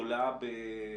היא גדולה משמעותית,